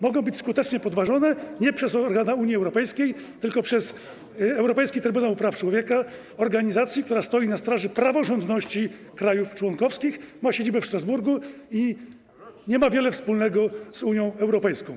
Mogą być skutecznie podważone nie przez organa Unii Europejskiej, tylko przez Europejski Trybunał Praw Człowieka, organizację, która stoi na straży praworządności krajów członkowskich, ma siedzibę w Strasburgu i nie ma wiele wspólnego z Unią Europejską.